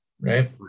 right